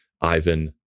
Ivan